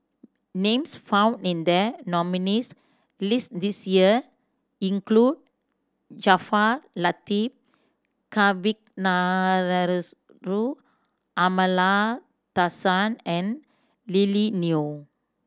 names found in the nominees' list this year include Jaafar Latiff Amallathasan and Lily Neo